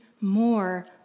more